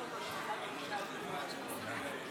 להלן תוצאות ההצבעה: